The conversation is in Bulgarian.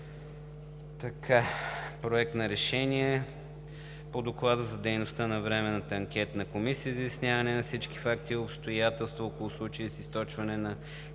„Проект! РЕШЕНИЕ по Доклада за дейността на Временната анкетна комисия за изясняване на всички факти и обстоятелства около случая с източване на